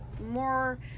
more